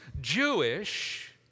Jewish